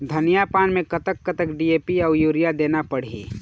धनिया पान मे कतक कतक डी.ए.पी अऊ यूरिया देना पड़ही?